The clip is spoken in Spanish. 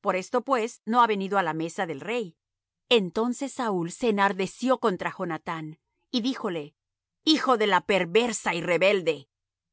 por esto pues no ha venido á la mesa del rey entonces saúl se enardeció contra jonathán y díjole hijo de la perversa y rebelde